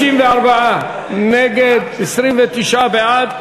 54 נגד, 29 בעד.